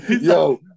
yo